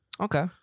Okay